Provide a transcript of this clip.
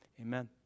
amen